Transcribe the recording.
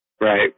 Right